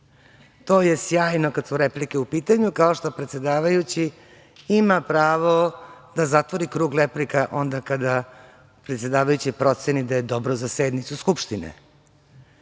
To je sjajno kad su replike u pitanju. Kao što predsedavajući ima pravo da zatvori krug replika onda kada predsedavajući proceni da je dobro za sednicu Skupštine.